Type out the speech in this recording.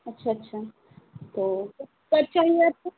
अच्छा अच्छा तो कब चाहिए आपको